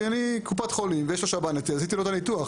כי אני קופת חולים ויש בשב"ן היתר אז עשיתי לו את הניתוח.